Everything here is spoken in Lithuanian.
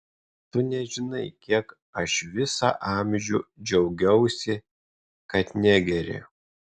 tu nežinai kiek aš visą amžių džiaugiausi kad negeri